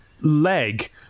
leg